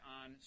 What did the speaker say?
on